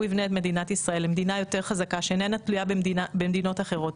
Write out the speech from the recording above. הוא יבנה את מדינת ישראל למדינה יותר חזקה שאיננה תלויה במדינות אחרות.